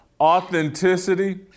Authenticity